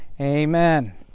Amen